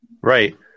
Right